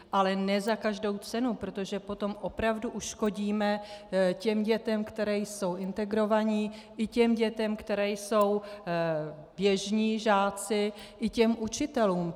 Ale ne za každou cenu, protože potom opravdu uškodíme těm dětem, které jsou integrované, i těm dětem, které jsou běžní žáci, i učitelům.